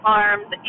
Farms